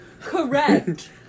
Correct